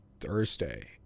thursday